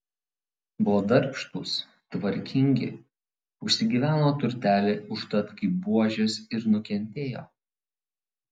buvo darbštūs tvarkingi užsigyveno turtelį užtat kaip buožės ir nukentėjo